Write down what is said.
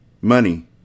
Money